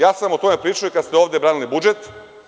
Ja sam o tome pričao i kada ste ovde branili budžet.